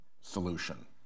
solution